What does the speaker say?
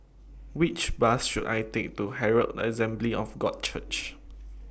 Which Bus should I Take to Herald Assembly of God Church